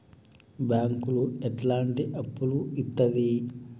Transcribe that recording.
బ్యాంకులు ఎట్లాంటి అప్పులు ఇత్తది?